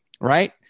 right